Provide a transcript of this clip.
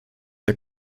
der